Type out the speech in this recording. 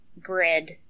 grid